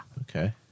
Okay